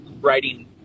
writing